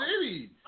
city